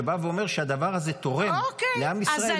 שבאה ואומרת שהדבר הזה תורם לעם ישראל